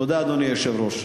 תודה, אדוני היושב-ראש.